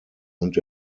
und